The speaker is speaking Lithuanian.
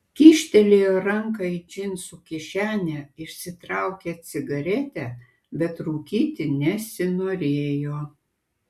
kyštelėjo ranką į džinsų kišenę išsitraukė cigaretę bet rūkyti nesinorėjo